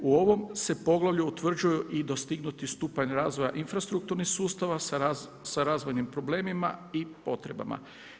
U ovom se poglavlju utvrđuju i dostignuti stupanj razvoja infrastrukturnih sustava sa razvojnim problemima i potrebama.